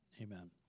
Amen